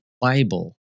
Bible